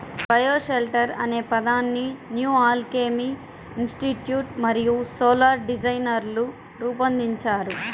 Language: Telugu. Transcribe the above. బయోషెల్టర్ అనే పదాన్ని న్యూ ఆల్కెమీ ఇన్స్టిట్యూట్ మరియు సోలార్ డిజైనర్లు రూపొందించారు